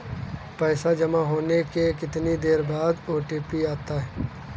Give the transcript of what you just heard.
पैसा जमा होने के कितनी देर बाद ओ.टी.पी आता है?